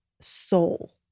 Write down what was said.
soul